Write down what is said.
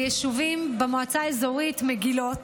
ביישובים במועצה האזורית מגילות,